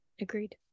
Agreed